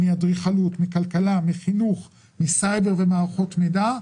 אדריכלות, כלכלה, חינוך, סייבר ומערכות מידע.